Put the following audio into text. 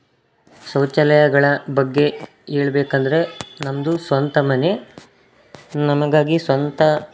ಶೌಚಾಲಯಗಳ ಬಗ್ಗೆ ಹೇಳ್ಬೇಕ್ ಅಂದರೆ ನಮ್ಮದು ಸ್ವಂತ ಮನೆ ನಮಗಾಗಿ ಸ್ವಂತ